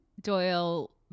doyle